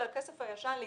אבל להתעלם מהכסף הישן.